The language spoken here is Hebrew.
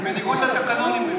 זה בניגוד לתקנון.